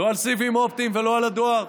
לא על סיבים אופטיים ולא על הדואר.